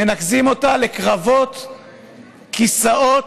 מנקזים אותה לקרבות כיסאות: